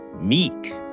meek